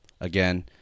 again